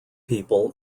people